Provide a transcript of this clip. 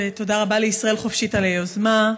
ותודה רבה לישראל חופשית על היוזמה.